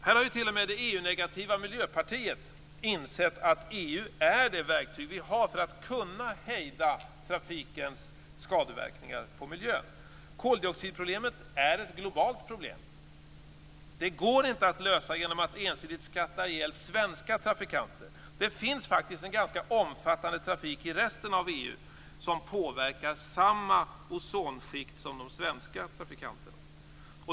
Här har ju t.o.m. det EU-negativa Miljöpartiet insett att EU är det verktyg vi har för att kunna hejda trafikens skadeverkningar på miljön. Koldioxidproblemet är ett globalt problem. Det går inte att lösa det genom att man ensidigt skattar ihjäl svenska trafikanter. Det finns faktiskt en ganska omfattande trafik i resten av EU som påverkar samma ozonskikt som de svenska trafikanterna.